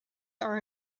are